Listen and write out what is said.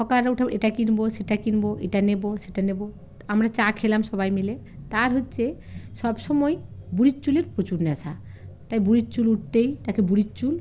হকাররা উঠেও এটা কিনবো সেটা কিনবো এটা নেবো সেটা নেবো আমরা চা খেলাম সবাই মিলে তার হচ্চে সব সময় বুড়ির চুলের প্রচুর নেশা তাই বুড়ির চুল উঠতেই তাকে বুড়ির চুল